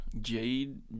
Jade